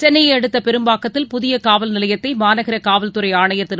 சென்னைய அடுத்த பெரும்பாக்கத்தில் புதிய காவல் நிலையத்தை மாநகர காவல்துறை ஆணையர் திரு